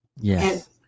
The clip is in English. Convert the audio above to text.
Yes